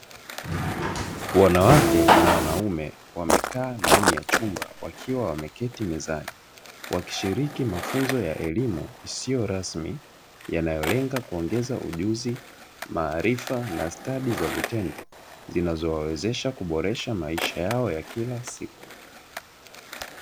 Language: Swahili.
Wanawake na wanaume wamekaa ndani ya chumba wakiwa wameketi mezani wakishiriki katika mafunzo ya elimu isiyo rasmi yanayolenga kuongeza ujuzi, maarifa na stadi za vitendo zinazowawezesha kuboresha maisha yao ya kila siku.